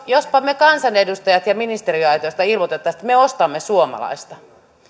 jospa me kansanedustajat ja ministeriöaitio ilmoittaisimme että me ostamme suomalaista